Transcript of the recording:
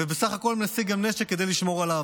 ובסך הכול משיג נשק כדי לשמור עליהם?